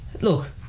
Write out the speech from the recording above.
Look